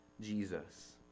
jesus